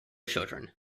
children